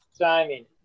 Timing